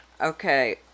okay